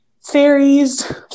fairies